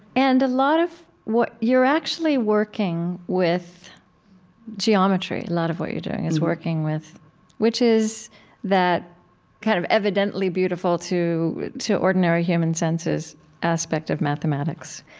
and a lot of what you're actually working with geometry. a lot of what you're doing is working with which is that kind of evidently beautiful to to ordinary human senses aspect of mathematics,